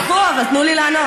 תתווכחו, אבל תנו לי לענות.